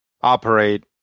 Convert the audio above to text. operate